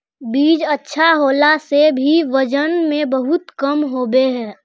बीज अच्छा होला से भी वजन में बहुत कम होबे है?